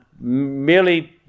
merely